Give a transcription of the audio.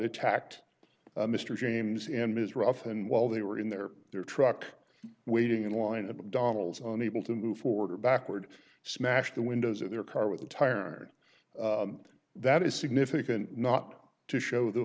attacked mr james and ms ruff and while they were in their their truck waiting in line at mcdonald's on able to move forward or backward smashed the windows of their car with a tire that is significant not to show the